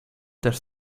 też